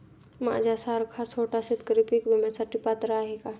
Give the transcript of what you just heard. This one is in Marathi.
माझ्यासारखा छोटा शेतकरी पीक विम्यासाठी पात्र आहे का?